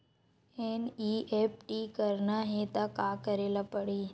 NEFT करना हे त का करे ल पड़हि?